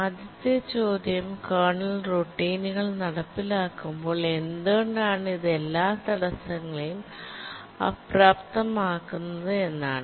ആദ്യത്തെ ചോദ്യം കേർണൽ റൂട്ടീനുകൾ നടപ്പിലാക്കുമ്പോൾ എന്തുകൊണ്ടാണ് ഇത് എല്ലാ തടസ്സങ്ങളെയും അപ്രാപ്തമാക്കുന്നത് എന്നതാണ്